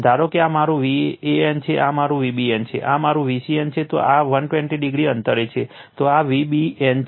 ધારો કે આ મારું Van છે આ મારું Vbn છે આ મારું Vcn છે તો આ 120o અંતરે છે તો આ Vbn છે